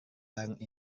barang